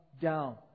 down